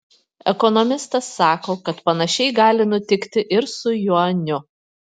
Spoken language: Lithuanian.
ekonomistas sako kad panašiai gali nutikti ir su juaniu